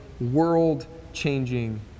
world-changing